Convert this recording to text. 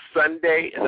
Sunday